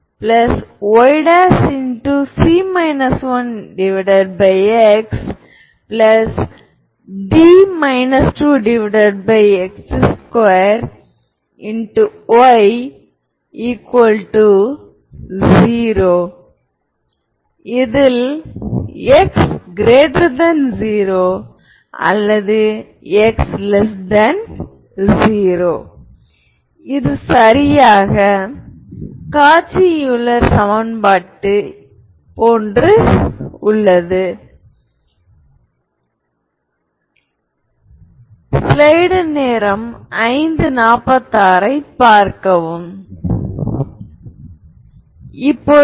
AX Y X AY அதாவது AX Y X AY மேலே உள்ளது போல இருந்தால் நீங்கள் இந்த உண்மையாக இருந்தால் A ஹெர்மிடியன் என்று சொல்ல முடியும் இச் சமன்பாடானது அனைத்து x y∈ Rnக்கும் உண்மையாக இருக்கிறது அது A A போல உள்ளது